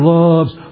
loves